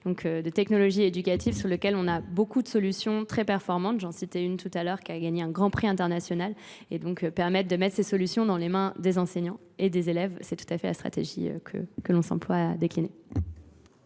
donc de technologie éducative sur lequel on a beaucoup de solutions très performantes, j'en citais une tout à l'heure qui a gagné un grand prix international et donc permettre de mettre ces solutions dans les mains des enseignants et des élèves, c'est tout à fait la stratégie que l'on s'emploie à décliner.